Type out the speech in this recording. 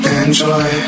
enjoy